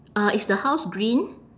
uh is the house green